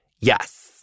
Yes